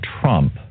Trump